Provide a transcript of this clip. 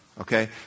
Okay